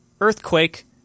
Earthquake